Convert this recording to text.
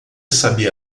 sabia